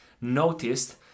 noticed